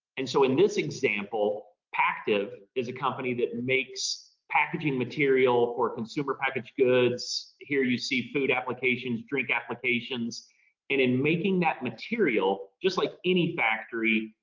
and so in this example, perspective is a company that makes packaging material or consumer packaged goods. here you see food applications, drink applications. and in making that material, just like any factory,